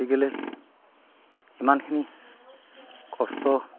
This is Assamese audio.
গতিকেলৈ ইমানখিনি কষ্ট